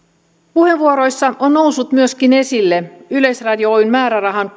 puheenvuoroissa on myöskin noussut esille yleisradio oyn määrärahan